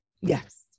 yes